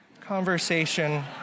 conversation